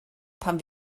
pan